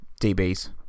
DBs